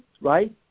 right